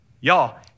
Y'all